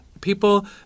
people